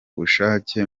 bushake